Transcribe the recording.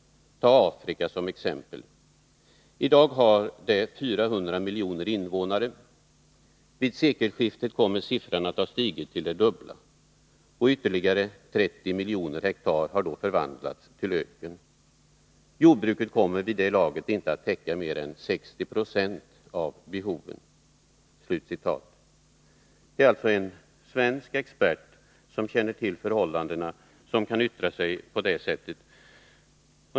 Tag Afrika som exempel. I dag har det 400 miljoner invånare. Vid sekelskiftet kommer siffran att ha stigit till det dubbla, och ytterligare 30 miljoner hektar har då förvandlats till öken. Jordbruket kommer vid det laget inte att täcka mer än 60 procent av behoven.” Det är alltså en svensk expert som känner till förhållandena som kan yttra sig på det sättet.